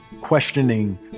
questioning